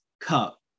Cup